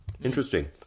Interesting